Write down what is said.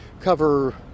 cover